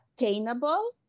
attainable